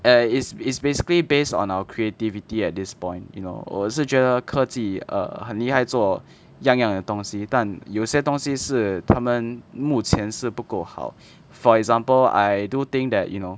uh is is basically based on our creativity at this point you know 我是觉得科技 err 很厉害做样样的东西但有些东西是他们目前是不够好 for example I do think that you know